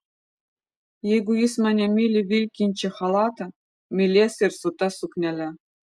jeigu jis mane myli vilkinčią chalatą mylės ir su ta suknele